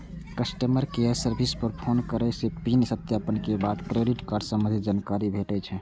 customer care service पर phone करै सं पिन सत्यापन के बाद क्रेडिट कार्ड संबंधी जानकारी भेटै छै